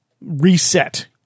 reset